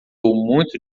muito